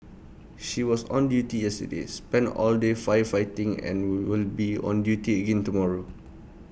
she was on duty yesterday spent all day firefighting and will will be on duty again tomorrow